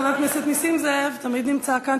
חבר כנסת נסים זאב, תמיד נמצא כאן.